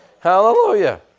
Hallelujah